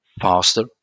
faster